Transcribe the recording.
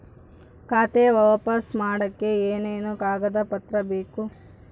ಖಾತೆ ಓಪನ್ ಮಾಡಕ್ಕೆ ಏನೇನು ಕಾಗದ ಪತ್ರ ಬೇಕು?